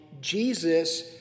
Jesus